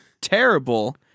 terrible